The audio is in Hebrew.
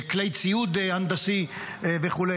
כלי ציוד הנדסי וכו',